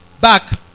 back